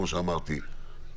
כמו שאמרתי,